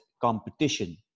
competition